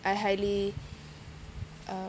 I highly uh